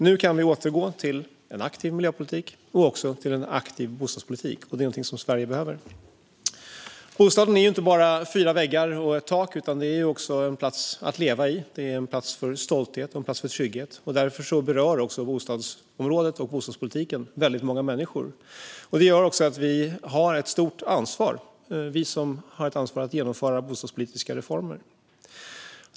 Nu kan vi återgå till en aktiv miljöpolitik och också till en aktiv bostadspolitik. Det är någonting som Sverige behöver. Bostaden är inte bara fyra väggar och ett tak. Den är också en plats att leva på, en plats för stolthet och en plats för trygghet. Därför berör bostadsområdet och bostadspolitiken väldigt många människor. Det lägger också ett stort ansvar på oss som har ansvar för att genomföra bostadspolitiska reformer.